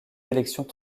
élections